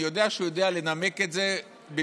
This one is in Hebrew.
אני יודע שהוא יודע לנמק את זה במקומי.